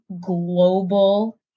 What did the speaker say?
global